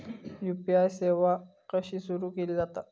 UPI सेवा कशी सुरू केली जाता?